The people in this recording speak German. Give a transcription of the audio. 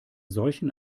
solchen